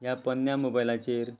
ह्या पोरन्या मोबायलाचेर